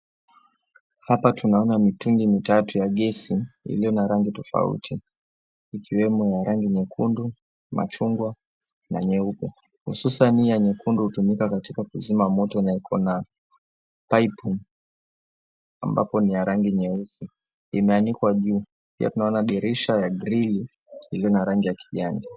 Hapa tunaona mitungi mitatu ya gesi yenye rangi tofauti, ikiwembo rangi nyekundu, ya chungwa na nyeupe. Hususan hii ya nyekundu hutumika katika kuzima moto na iko na paipu ambapo ni ya rangi nyeusi, imeanikwa juu. Pia tunaona dirisha ya grili iliyo na rangi ya kijani.